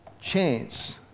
chance